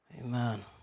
Amen